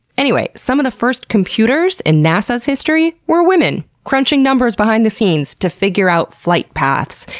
anyway, some of the first computers in nasa's history were women crunching numbers behind the scenes to figure out flight paths,